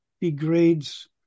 degrades